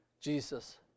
Jesus